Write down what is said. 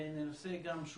וננסה גם,